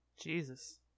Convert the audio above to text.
Jesus